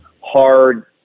hard